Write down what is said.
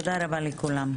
תודה רבה לכולם.